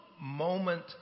moment